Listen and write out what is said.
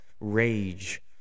Rage